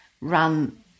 run